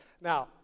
Now